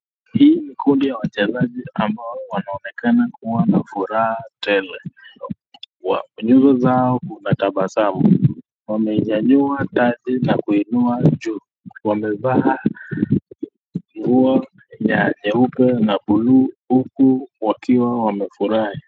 Hii ni kundi ya wachezaji ambao wanaonekana kuwa wanafuraha tele. Nyuso zao kuna tabasamu, wameinyanyua taji na kuinua juu wamevaa nguo nyeupe na blue huku wakiwa wamefurahi.